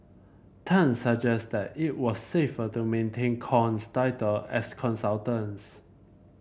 Tan suggested that it was safer to maintain Kong's title as consultants